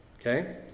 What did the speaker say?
Okay